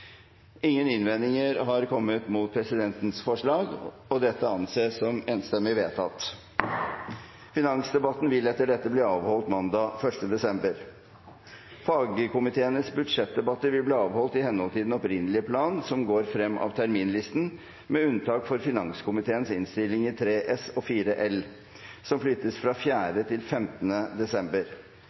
Ingen innvendinger har kommet mot presidentens forslag, og dette anses enstemmig vedtatt. Finansdebatten vil etter dette bli avholdt mandag 1. desember. Fagkomiteenes budsjettdebatter vil bli avholdt i henhold til den opprinnelige plan som går frem av terminlisten, med unntak for finanskomiteens innstillinger 3 S og 4 L, som flyttes fra 4. til 15. desember.